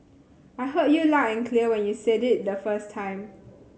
I heard you loud and clear when you said it the first time